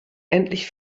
endlich